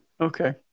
Okay